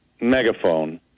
megaphone